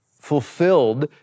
fulfilled